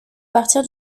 partir